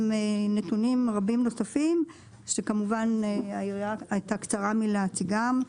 עם נתונים רבים נוספים שכמובן היריעה הייתה קצרה מלהציגם.